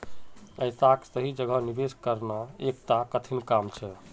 ऐसाक सही जगह निवेश करना एकता कठिन काम छेक